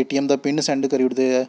ए T M दा pin send करी ओड़दे ऐ